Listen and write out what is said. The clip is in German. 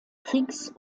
kriegs